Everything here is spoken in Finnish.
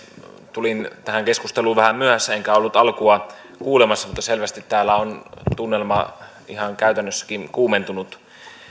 tulin tähän keskusteluun vähän myöhässä enkä ollut alkua kuulemassa mutta selvästi täällä on tunnelma ihan käytännössäkin kuumentunut